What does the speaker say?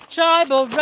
Tribal